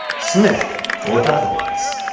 smith thought otherwise.